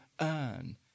earn